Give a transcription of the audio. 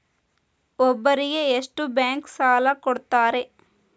ಒಬ್ಬರಿಗೆ ಎಷ್ಟು ಬ್ಯಾಂಕ್ ಸಾಲ ಕೊಡ್ತಾರೆ?